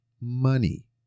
money